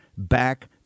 back